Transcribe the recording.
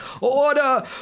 order